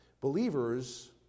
Believers